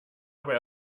aber